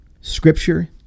scripture